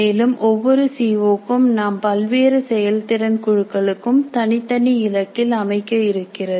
மேலும் ஒவ்வொரு C O க்கும் நாம் பல்வேறு செயல்திறன் குழுக்களுக்கும் தனித்தனி இலக்கில் அமைக்க இருக்கிறது